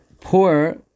pour